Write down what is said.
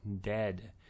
Dead